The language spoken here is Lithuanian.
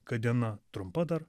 kad diena trumpa dar